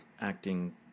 acting